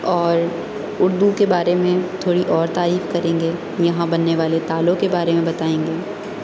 اور اردو کے بارے میں تھوڑی اور تعریف کریں گے یہاں بننے والے تالوں کے بارے میں بتائیں گے